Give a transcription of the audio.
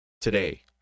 today